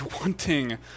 wanting